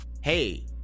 hey